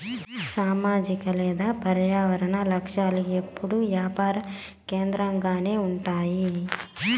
సామాజిక లేదా పర్యావరన లక్ష్యాలు ఎప్పుడూ యాపార కేంద్రకంగానే ఉంటాయి